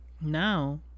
now